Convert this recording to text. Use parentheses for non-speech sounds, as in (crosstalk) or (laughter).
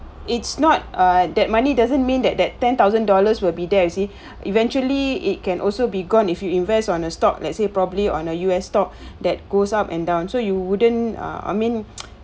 it's not uh that money doesn't mean that that ten thousand dollars will be there you see eventually it can also be gone if you invest on a stock let's say probably on a U_S stock that goes up and down so you wouldn't uh I mean (noise)